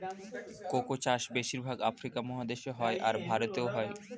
cocoa চাষ বেশির ভাগ আফ্রিকা মহাদেশে হয়, আর ভারতেও হয়